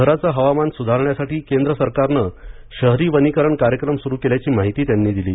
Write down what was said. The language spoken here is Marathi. शहरांचं हवामान सुधारण्यासाठी केंद्र सरकारनं शहरी वनीकरण कार्यक्रम सुरू केल्याची माहिती त्यांनी दिली